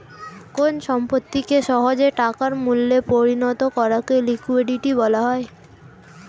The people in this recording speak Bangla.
কোন সম্পত্তিকে সহজে টাকার মূল্যে পরিণত করাকে লিকুইডিটি বলা হয়